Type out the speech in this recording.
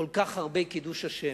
כל כך הרבה קידוש השם,